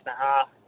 half